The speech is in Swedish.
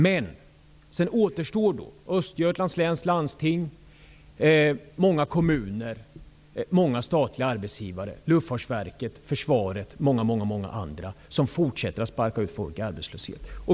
Men sedan återstår Östergötlands läns landsting, många kommuner och många statliga arbetsgivare, t.ex. Luftfartsverket, Försvaret och många andra, där man fortsätter att sparka ut folk i arbetslöshet.